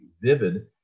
vivid